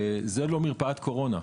זו לא מרפאת קורונה,